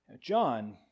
John